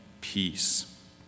peace